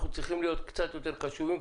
אנחנו צריכים להיות קצת יותר קשובים,